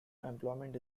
employment